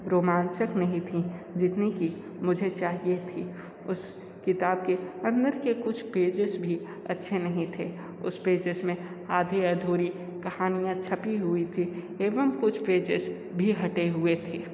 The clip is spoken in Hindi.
रोमांचक नही थी जितनी की मुझे चाहिए थी उस किताब के अंदर के कुछ पेजेस भी अच्छे नहीं थे उस पेजेस में आधी अधूरी कहानियाँ छपी हुई थी एवम् कुछ पेजेस भी हटे हुए थे